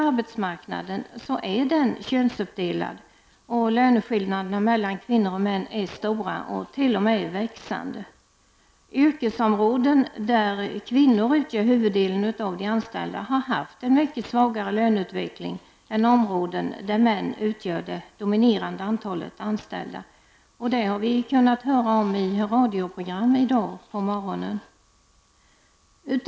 Arbetsmarknaden är könsuppdelad, och löneskillnaderna mellan kvinnor och män är stora och t.o.m. växande. Yrkesområden där kvinnor utgör huvuddelen av de anställda har haft en mycket svagare löneutveckling än områden där män utgör det dominerande antalet anställda. Det har vi kunnat höra om i radioprogram i dag på morgonen.